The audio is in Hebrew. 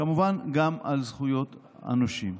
וכמובן שגם על זכויות הנושים.